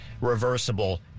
reversible